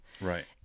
Right